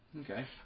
Okay